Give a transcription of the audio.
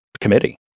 committee